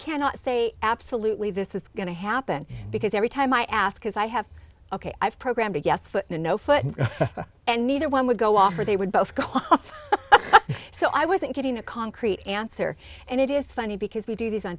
cannot say absolutely this is going to happen because every time i ask because i have ok i've programmed no foot and neither one would go off or they would both go so i wasn't getting a concrete answer and it is funny because we do this on